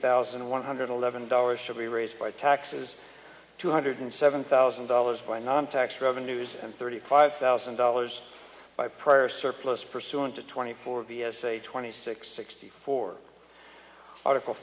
thousand one hundred eleven dollars should be raised by taxes two hundred seven thousand dollars by non tax revenues and thirty five thousand dollars by prior surplus pursuant to twenty four b s a twenty six sixty four article